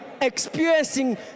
experiencing